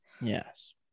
Yes